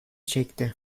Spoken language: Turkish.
çekti